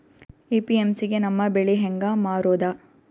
APMC ಗೆ ನಮ್ಮ ಬೆಳಿ ಹೆಂಗ ಮಾರೊದ?